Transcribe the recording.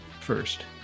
First